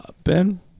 Ben